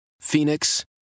Phoenix